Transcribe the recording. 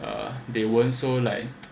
uh they weren't so like